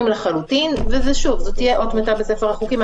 לחלוטין ואז זאת תהיה אות מתה בספר החוקים,